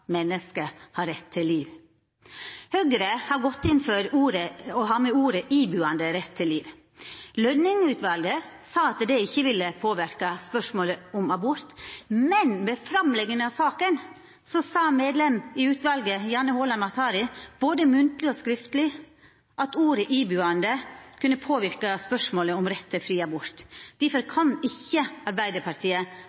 menneske har rett til liv.» Høgre har gått inn for å ha med ordet «ibuande» – «ibuande rett til liv». Lønning-utvalet sa at det ikkje ville påverka spørsmålet om abort, men da saka vart lagd fram, uttrykte medlem i utvalet Janne Haaland Matlary både munnleg og skriftleg at ordet «ibuande» kunne påverka spørsmålet om rett til fri abort. Difor